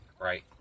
right